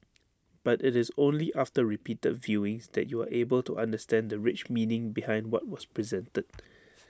but IT is only after repeated viewings that you are able to understand the rich meaning behind what was presented